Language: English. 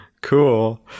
Cool